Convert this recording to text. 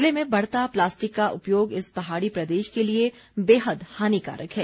ज़िले में बढ़ता प्लास्टिक का उपयोग इस पहाड़ी प्रदेश के लिए बेहद हानिकारक है